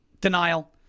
denial